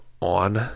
on